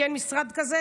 כי אין משרד כזה,